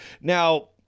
Now